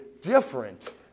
different